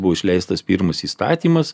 buvo išleistas pirmas įstatymas